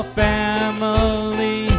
family